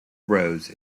rose